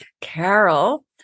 Carol